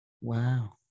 wow